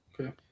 Okay